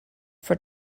for